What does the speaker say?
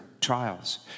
Trials